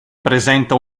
presenta